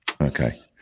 okay